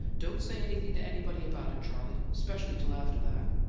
don't say anything to anybody about it, charley, especially till after that.